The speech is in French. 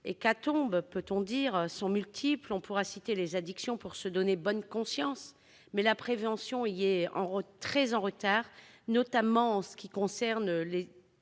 de cette hécatombe sont multiples : on pourra citer les addictions pour se donner bonne conscience, mais la prévention y est très en retard, notamment en ce qui concerne les